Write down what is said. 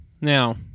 Now